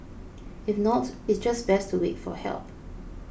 if not it's just best to wait for help